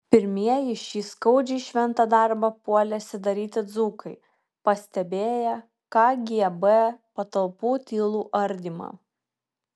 pirmieji šį skaudžiai šventą darbą puolėsi daryti dzūkai pastebėję kgb patalpų tylų ardymą